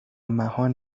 مهان